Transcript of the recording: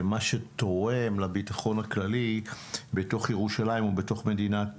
מה שתורם לביטחון הכללי בתוך ירושלים ובתוך מדינת